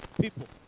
people